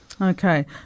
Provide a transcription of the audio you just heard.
Okay